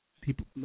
people